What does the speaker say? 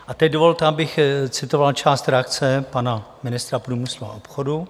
A teď dovolte, abych citoval část reakce pana ministra průmyslu a obchodu.